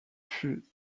fut